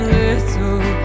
little